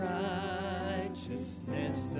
righteousness